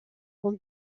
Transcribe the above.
dans